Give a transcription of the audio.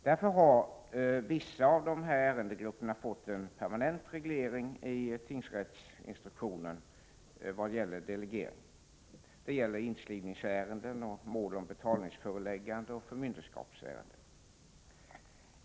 Därför har vissa av dessa ärendegrupper fått en permanent reglering i tingsrättsinstruktionen vad gäller delegering. Det gäller inskrivningsärenden, mål om betalningsföreläggande och förmynderskapsärenden.